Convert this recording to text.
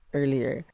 earlier